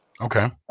okay